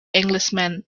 englishman